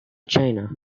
china